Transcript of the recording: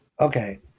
Okay